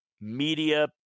media